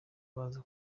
baza